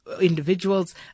individuals